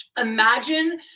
Imagine